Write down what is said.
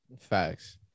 Facts